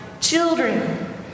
children